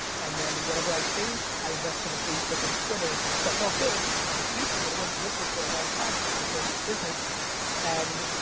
and then whatever i saved, i invested in facebook and twitter. so i felt good about the future. but it wasn't liquid for a long time. so i had to build this business and